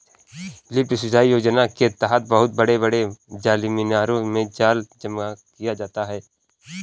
lift सिंचाई योजना के तहद बहुत बड़े बड़े जलमीनारों में जल जमा किया जाता है